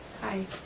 Hi